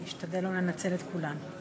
אני אשתדל לא לנצל את כולן.